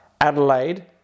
Adelaide